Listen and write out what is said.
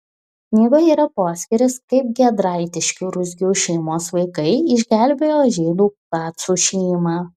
knygoje yra poskyris kaip giedraitiškių ruzgių šeimos vaikai išgelbėjo žydų kacų šeimą